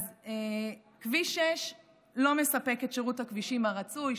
אז כביש 6 לא מספק את שירות הכבישים הרצוי.